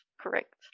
correct